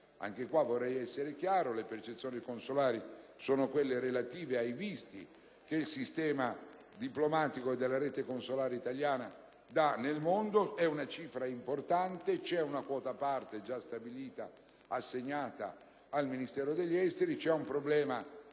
caso, vorrei essere chiaro: le percezioni consolari sono quelle relative ai visti che il sistema diplomatico della rete consolare italiana dà nel mondo. Si tratta di una cifra importante; c'è una quota parte stabilita già assegnata al Ministero degli affari esteri, ma